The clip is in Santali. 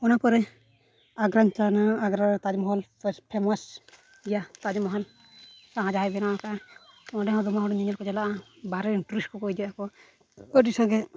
ᱚᱱᱟ ᱠᱚᱨᱮ ᱟᱜᱨᱟᱧ ᱪᱟᱞᱟᱣ ᱞᱮᱱᱟ ᱟᱜᱨᱟ ᱨᱮ ᱛᱟᱡᱽ ᱢᱚᱦᱚᱞ ᱯᱷᱮᱢᱟᱥ ᱜᱮᱭᱟ ᱛᱟᱡᱽᱢᱚᱦᱚᱞ ᱟᱨ ᱡᱟᱦᱟᱸᱭ ᱵᱮᱱᱟᱣ ᱠᱟᱜᱼᱟ ᱚᱸᱰᱮ ᱦᱚᱸ ᱫᱚᱢᱮ ᱦᱚᱲ ᱧᱮᱧᱮᱞ ᱠᱚ ᱪᱟᱞᱟᱜᱼᱟ ᱦᱟᱨᱦᱮ ᱨᱮᱱ ᱴᱩᱨᱤᱥᱴ ᱠᱚᱠᱚ ᱦᱤᱡᱩᱜᱼᱟᱠᱚ ᱟᱹᱰᱤ ᱥᱟᱸᱜᱮ